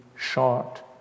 short